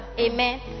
amen